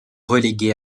relégué